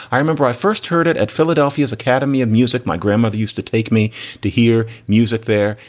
i remember i first heard it at philadelphia's academy of music. my grandmother used to take me to hear music there.